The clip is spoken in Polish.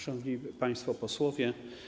Szanowni Państwo Posłowie!